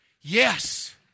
Yes